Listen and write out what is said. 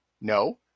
no